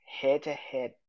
head-to-head